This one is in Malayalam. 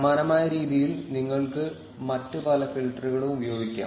സമാനമായ രീതിയിൽ നിങ്ങൾക്ക് മറ്റ് പല ഫിൽട്ടറുകളും ഉപയോഗിക്കാം